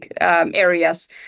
areas